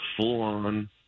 full-on